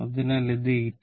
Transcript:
അതിനാൽ ഇത് 18